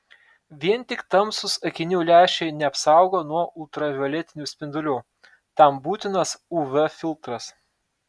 vien tik tamsūs akinių lęšiai neapsaugo nuo ultravioletinių spindulių tam būtinas uv filtras